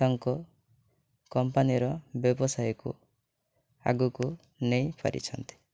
ତାଙ୍କ କମ୍ପାନୀର ବ୍ୟବସାୟକୁ ଆଗକୁ ନେଇପାରିଛନ୍ତି